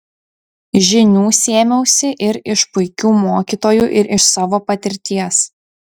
žinių sėmiausi ir iš puikių mokytojų ir iš savo patirties